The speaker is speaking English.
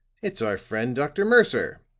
it's our friend dr. mercer.